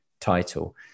title